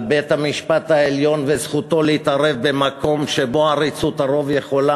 על בית-המשפט העליון וזכותו להתערב במקום שבו עריצות הרוב יכולה,